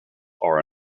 are